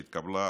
שהתקבלה,